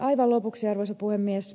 aivan lopuksi arvoisa puhemies